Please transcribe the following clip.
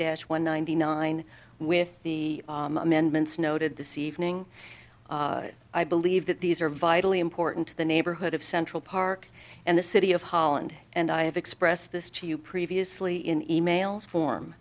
dash one ninety nine with the amendments noted this evening i believe that these are vitally important to the neighborhood of central park and the city of holland and i have expressed this chew you previously in e mails form